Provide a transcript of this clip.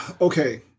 okay